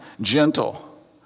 gentle